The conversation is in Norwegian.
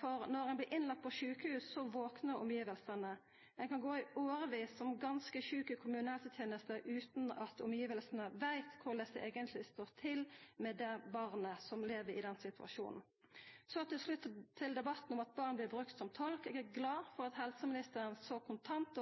for når ein blir lagd inn på sjukehus, vaknar omgivnadene. Ein kan gå i årevis som ganske sjuk i kommunehelsetenesta utan at omgivnadene veit korleis det eigentleg står til med det barnet som lever i situasjonen. Så til slutt til debatten om at barn blir brukte som tolkar. Eg er glad for at helseministeren så kontant